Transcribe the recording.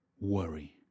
worry